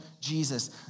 Jesus